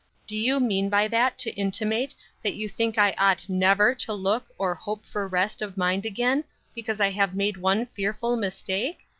do you mean by that to intimate that you think i ought never to look or hope for rest of mind again because i have made one fearful mistake?